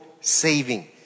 saving